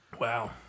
Wow